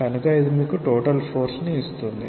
కనుక ఇది మీకు టోటల్ ఫోర్స్ ని ఇస్తుంది